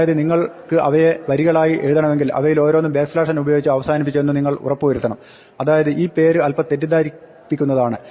അതായത് നിങ്ങൾക്ക് അവയെ വരികളായി വേണമെങ്കിൽ അവയിലോരോന്നും n ഉപയോഗിച്ച് അവസാനിപ്പിച്ചു എന്ന് നിങ്ങൾ ഉറപ്പ് വരുത്തണം അതായത് ഈ പേര് അല്പം തെറ്റിദ്ധരിപ്പിക്കുന്നതാണ്